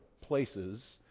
places